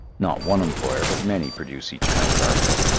not one employer but many produce each kind of article.